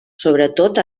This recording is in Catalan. sobretot